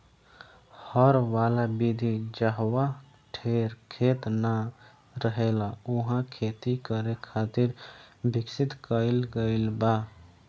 हर वाला विधि जाहवा ढेर खेत ना रहेला उहा खेती करे खातिर विकसित कईल गईल बा